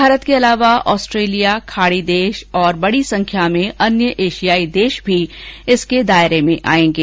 भारत के अलावा ऑस्ट्रेलिया खाडी देश और बडी संख्या में अन्य एशियाई देश भी इसके दायरे में आयेंगे